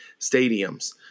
stadiums